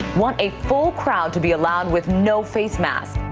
what a full crowd to be allowed with no face mask.